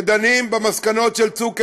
כשדנים במסקנות של "צוק איתן",